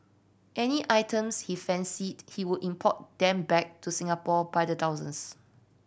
any items he fancied he would import them back to Singapore by the thousands